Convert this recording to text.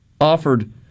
offered